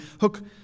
hook